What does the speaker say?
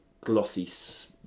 glossy